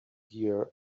gear